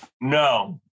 No